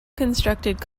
constructed